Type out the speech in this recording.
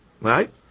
right